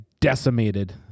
decimated